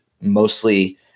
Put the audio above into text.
mostly